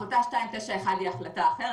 החלטה 291 היא החלטה אחרת,